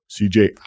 CJ